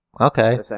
Okay